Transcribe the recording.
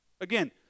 Again